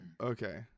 okay